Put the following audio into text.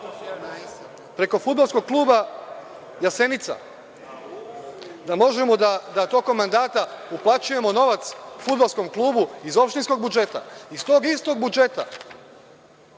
preko fudbalskog kluba Jasenica, da možemo tokom mandata da uplaćujemo novac fudbalskom klubu iz opštinskog budžeta, iz tog istog budžeta